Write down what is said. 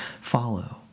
follow